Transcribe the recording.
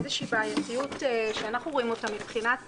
איזו בעייתיות שאנחנו רואים אותה מבחינת